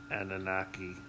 Anunnaki